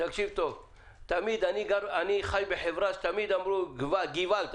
אני חי בחברה שתמיד אמרו: גוועלד.